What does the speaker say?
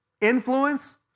influence